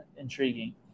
intriguing